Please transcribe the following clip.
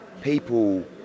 people